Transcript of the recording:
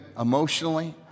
emotionally